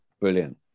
brilliant